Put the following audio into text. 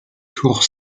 tour